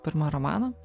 pirmą romaną